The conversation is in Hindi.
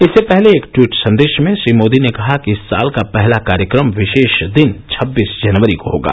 इससे पहले एक ट्वीट संदेश में श्री मोदी ने कहा कि इस साल का पहला कार्यक्रम विशेष दिन छब्बीस जनवरी को होगा